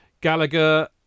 Gallagher